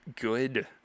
good